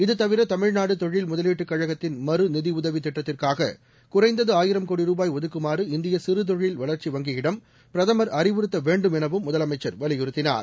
இதுதவிர தமிழ்நாடு தொழில் முதலீட்டுக் கழகத்தின் மறுநிதியுதவி திட்டத்திற்காக குறைந்தது ஆயிரம் கோடி ரூபாய் ஒதுக்குமாறு இந்திய சிறுதொழில் வளர்ச்சி வங்கியிடம் பிரதமர் அறிவுறுத்த வேண்டும் எனவும் முதலமைச்சர் வலியுறுத்தினார்